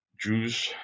Jews